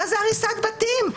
מה זה הריסת בתים?